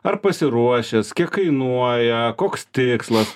ar pasiruošęs kiek kainuoja koks tikslas